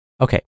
Okay